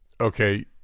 okay